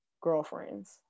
girlfriends